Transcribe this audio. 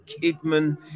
kidman